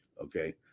okay